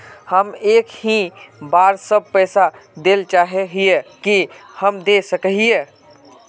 हम एक ही बार सब पैसा देल चाहे हिये की हम दे सके हीये?